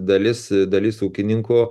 dalis e dalis ūkininkų